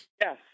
Yes